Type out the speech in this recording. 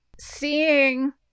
seeing